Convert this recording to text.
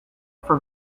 for